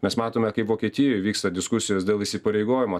nes matome kaip vokietijoj vyksta diskusijos dėl įsipareigojimo